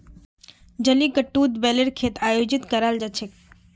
जलीकट्टूत बैलेर खेल आयोजित कराल जा छेक